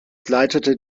leitete